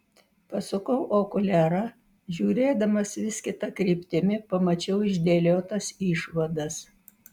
pasukau okuliarą žiūrėdamas vis kita kryptimi pamačiau išdėliotas išvadas